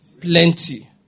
Plenty